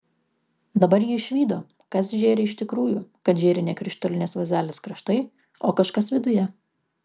dabar ji išvydo kas žėri iš tikrųjų kad žėri ne krištolinės vazelės kraštai o kažkas viduje